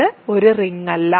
ഇത് ഒരു റിങ് അല്ല